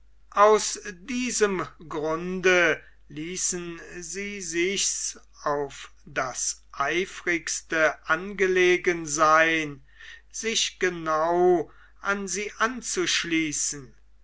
aus diesem grunde ließen sie sich's auf das eifrigste angelegen sein sich genau an sie anzuschließen